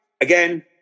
Again